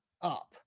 up